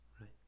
Right